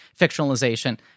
fictionalization